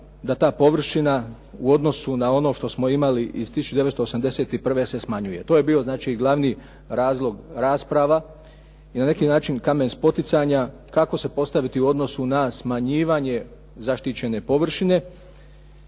da ta površina u odnosu na ono što smo imali iz 1981. se smanjuje. To je bio znači glavni razlog rasprava i na neki način kamen spoticanja kako se postaviti u odnosu na smanjivanje zaštićene površine,